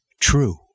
true